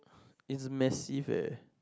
it's massive eh